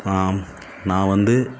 ஆம் நான் வந்து